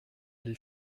les